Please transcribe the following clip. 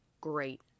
great